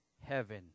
heaven